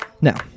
Now